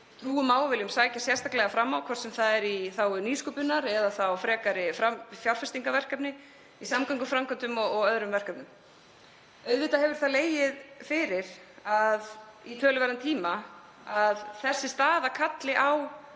við viljum sækja sérstaklega fram, hvort sem það er í þágu nýsköpunar eða frekari fjárfestingarverkefni í samgönguframkvæmdum og öðrum verkefnum. Auðvitað hefur legið fyrir í töluverðan tíma að þessi staða kallar á